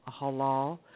halal